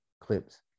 clips